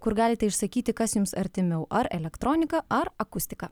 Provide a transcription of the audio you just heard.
kur galite išsakyti kas jums artimiau ar elektronika ar akustika